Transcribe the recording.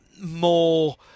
more